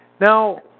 Now